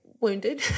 wounded